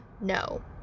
no